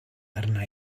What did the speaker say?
arna